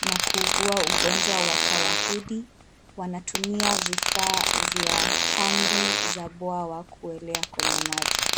na kuugua ugonjwa wa tawahudi. Wanatumia vifaa vya tambi za bwawa kuelea kwa maji.